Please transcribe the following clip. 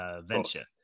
venture